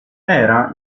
era